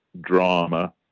drama